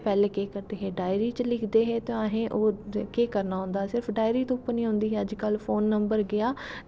पैह्लें केह् करदे हे डायरी च लिखदे हे ते ओह् केह् करना होंदा सिर्फ डायरी तुप्पनी होंदी ही अज्ज कल फोन नंबर गेआ